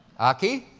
aki,